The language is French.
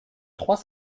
trois